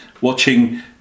watching